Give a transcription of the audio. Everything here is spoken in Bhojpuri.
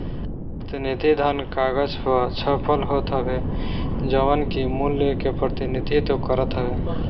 प्रतिनिधि धन कागज पअ छपल होत हवे जवन की मूल्य के प्रतिनिधित्व करत हवे